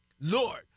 Lord